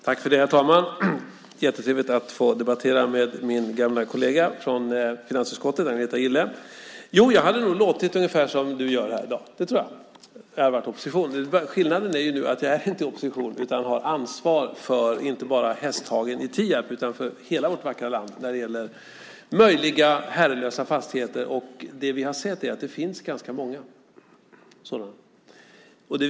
Herr talman! Jag tycker att det är trevligt att debattera med min gamla kollega från finansutskottet, Agneta Gille. Jo, jag hade nog låtit ungefär som du gör här i dag om jag hade varit i opposition. Skillnaden är att jag nu inte är i opposition utan har ansvar inte bara för Hästhagen i Tierp utan för hela vårt vackra land när det gäller möjliga herrelösa fastigheter. Vi har sett att det finns ganska många sådana.